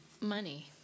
money